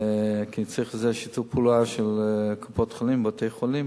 כי אני צריך לזה שיתוף פעולה של קופות-חולים ובתי-חולים,